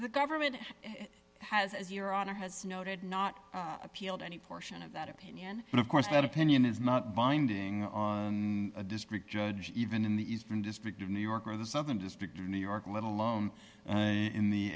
the government has as your author has noted not appealed any portion of that opinion but of course that opinion is not binding on a district judge even in the eastern district of new york or the southern district of new york let alone in the